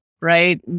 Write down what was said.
right